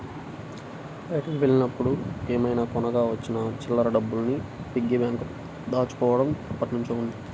బయటికి వెళ్ళినప్పుడు ఏమైనా కొనగా వచ్చిన చిల్లర డబ్బుల్ని పిగ్గీ బ్యాంకులో దాచుకోడం ఎప్పట్నుంచో ఉంది